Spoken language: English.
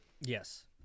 Yes